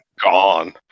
gone